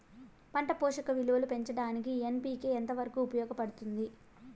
పంట పోషక విలువలు పెంచడానికి ఎన్.పి.కె ఎంత వరకు ఉపయోగపడుతుంది